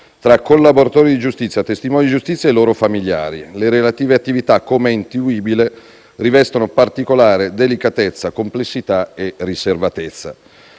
tra collaboratori di giustizia, testimoni di giustizia e loro familiari. Le relative attività, com'è intuibile, rivestono particolare delicatezza, complessità e riservatezza.